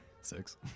Six